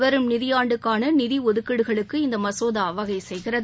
வரும் நிதியாண்டுக்கான நிதி ஒதுக்கீடுகளுக்கு இந்த மசோதா வகை செய்கிறது